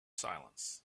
silence